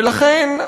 ולכן,